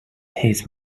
his